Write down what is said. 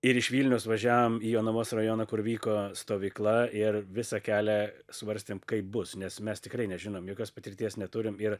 ir iš vilniaus važiavom į jonavos rajoną kur vyko stovykla ir visą kelią svarstėm kaip bus nes mes tikrai nežinom jokios patirties neturim ir